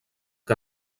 que